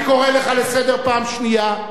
אני קורא אותך לסדר פעם שנייה.